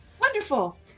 Wonderful